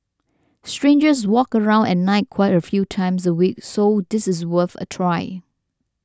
strangers walk around at night quite a few times a week so this is worth a try